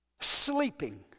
sleeping